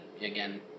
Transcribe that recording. again